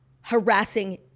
harassing